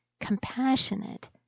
compassionate